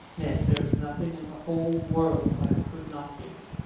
yes, there is nothing in the whole world i would not give!